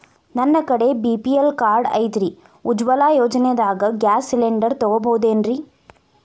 ನನ್ನ ಕಡೆ BPL card ಐತ್ರಿ, ಉಜ್ವಲಾ ಯೋಜನೆದಾಗ ಗ್ಯಾಸ್ ಸಿಲಿಂಡರ್ ತೊಗೋಬಹುದೇನ್ರಿ?